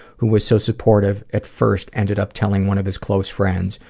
who was so supportive at first, ended up telling one of his close friends,